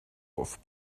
off